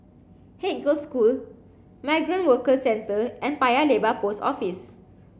Haig Girls' School Migrant Workers Centre and Paya Lebar Post Office